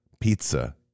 Pizza